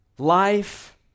Life